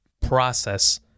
process